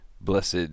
Blessed